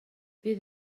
bydd